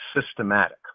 systematic